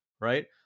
right